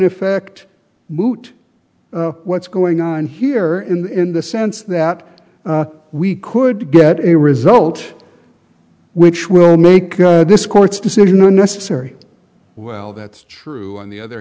effect moot what's going on here in the sense that we could get a result which will make this court's decision unnecessary well that's true on the other